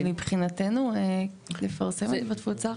אבל, מבחינתנו, לפרסם את זה בתפוצה רחבה.